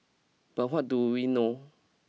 but what do we know